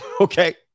Okay